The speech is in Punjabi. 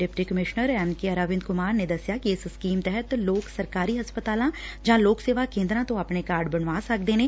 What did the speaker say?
deputy commissioner M K Arvind Kumar ਨੇ ਦਸਿਆ ਕਿ ਇਸ ਸਕੀਮ ਤਹਿਤ ਲੋਕ ਸਰਕਾਰੀ ਹਸਪਤਾਲਾਂ ਜਾਂ ਲੋਕ ਸੇਵਾ ਕੇ'ਦਰਾਂ ਤੋ' ਆਪਣੇ ਕਾਰਡ ਬਣਵਾ ਸਕਦੇ ਨੇ